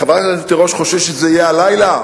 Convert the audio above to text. חברת הכנסת תירוש חוששת שזה יהיה הלילה.